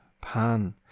Pan